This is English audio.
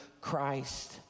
Christ